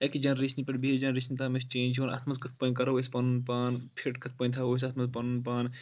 اَکہِ جَنٛریٚشنہِ پؠٹھ بیٚیِس جَنٛریشَنہِ تام اَسہِ چینٛج یِوان اَتھ منٛز کتھ پٲنۍ کَرو أسۍ پَنُن پان فِٹ کِتھ پٲنۍ تھاوو أسۍ اَتھ منٛز پَنُن پان